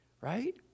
right